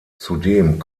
zudem